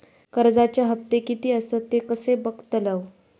कर्जच्या हप्ते किती आसत ते कसे बगतलव?